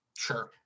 Sure